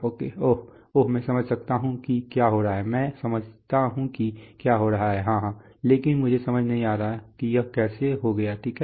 ओह ओह मैं समझता हूं कि क्या हो रहा है मैं समझता हूं कि क्या हो रहा है हां हां लेकिन मुझे समझ नहीं आ रहा है कि यह कैसे हो गया ठीक है